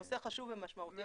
נושא חשוב ומשמעותי.